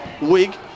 Wig